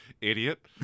idiot